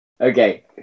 Okay